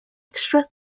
extra